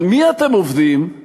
על מי אתם עובדים?//